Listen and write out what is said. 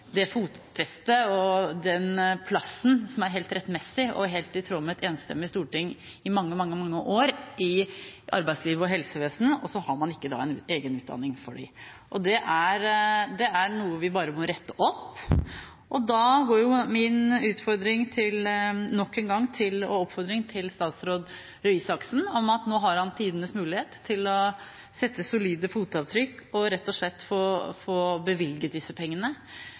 det fotfestet og den plassen, som er helt rettmessig og helt i tråd med et enstemmig storting i mange år, i arbeidslivet og helsevesenet, og så har man ikke en egen utdanning for dem. Det er noe vi bare må rette opp. Da går min utfordring og oppfordring nok en gang til statsråd Røe Isaksen, om at han nå har tidenes mulighet til å sette solide fotavtrykk og rett og slett få bevilget disse pengene.